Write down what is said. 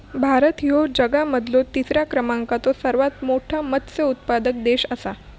भारत ह्यो जगा मधलो तिसरा क्रमांकाचो सर्वात मोठा मत्स्य उत्पादक देश आसा